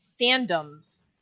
fandoms